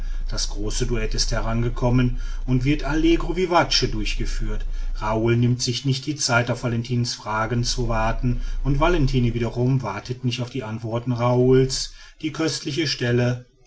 das große duett ist herangekommen und wird allegro vivace durchgeführt raoul nimmt sich nicht die zeit auf valentinens fragen zu warten und valentine wiederum wartet nicht auf die antworten raoul's die köstliche stelle